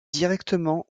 directement